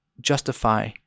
justify